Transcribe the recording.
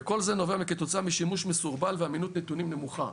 וכל זה כתוצאה משימוש מסורבל ואמינות נתונים נמוכה.